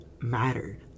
mattered